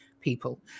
people